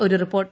ഒരു റിപ്പോർട്ട്